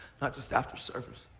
not just after service.